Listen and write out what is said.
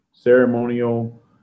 Ceremonial